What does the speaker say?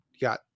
got